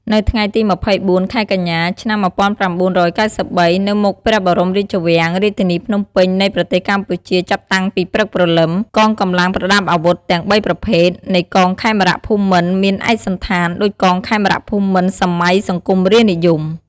នៅថ្ងៃទី២៤ ខែកញ្ញា ឆ្នាំ១៩៩៣ នៅមុខព្រះបរមរាជវាំងរាជធានីភ្នំពេញនៃប្រទេសកម្ពុជាចាប់តាំងពីព្រឹកព្រលឹម កងកម្លាំងប្រដាប់អាវុធទាំងបីប្រភេទនៃកងខេមរភូមិន្ទមានឯកសណ្ឋានដូចកងខេមរភូមិន្ទសម័យសង្គមរាស្ត្រនិយម។